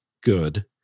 good